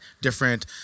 different